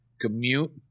commute